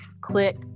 click